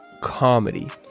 comedy